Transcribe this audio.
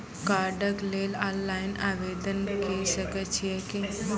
कार्डक लेल ऑनलाइन आवेदन के सकै छियै की?